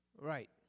Right